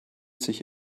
sich